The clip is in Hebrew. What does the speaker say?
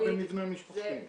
תלוי במבנה המשפחתי.